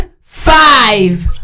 five